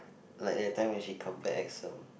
like that time when she comfort Axel